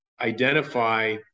identify